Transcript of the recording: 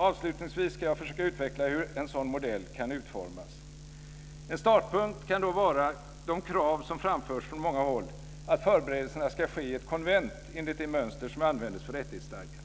Avslutningsvis ska jag försöka utveckla hur en sådan modell kan utformas. En startpunkt kan då vara de krav som framförs från många håll att förberedelserna ska ske i ett konvent enligt det mönster som användes för rättighetsstadgan.